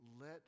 let